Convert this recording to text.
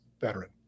veteran